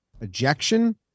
Ejection